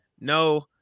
no